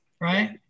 right